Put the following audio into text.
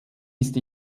ist